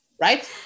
Right